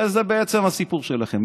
הרי זה בעצם הסיפור שלכם.